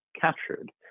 captured